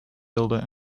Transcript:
builder